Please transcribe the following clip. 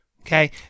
Okay